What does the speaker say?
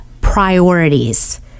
priorities